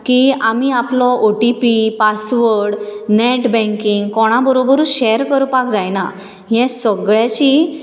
की आमी आपलो ओटीपी पासवर्ड नेट बँकींग कोणा बरोबरुच शेर करपाक जायना हे सगळ्यांची